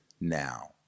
now